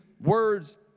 words